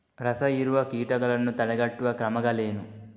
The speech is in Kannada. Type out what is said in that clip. ರಸಹೀರುವ ಕೀಟಗಳನ್ನು ತಡೆಗಟ್ಟುವ ಕ್ರಮಗಳೇನು?